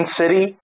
city